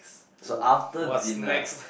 so after dinner